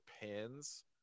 pins